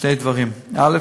שני דברים: א.